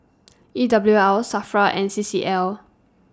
E W L SAFRA and C C L